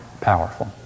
powerful